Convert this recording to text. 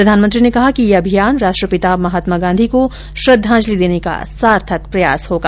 प्रधानमंत्री ने कहा कि यह अभियान राष्ट्रपिता महात्मा गांधी को श्रद्धांजलि देने का सार्थक प्रयास होगा